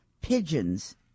pigeons